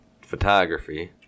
photography